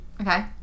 Okay